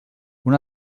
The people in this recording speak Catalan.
una